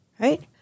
right